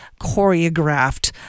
choreographed